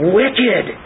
wicked